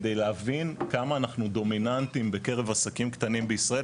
כדי להבין כמה אנחנו דומיננטיים בקרב עסקים קטנים בישראל,